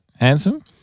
Handsome